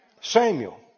Samuel